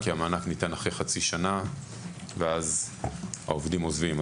כי המענק ניתן אחרי חצי שנה ואז העובדים עוזבים,